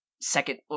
second